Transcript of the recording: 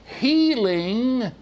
healing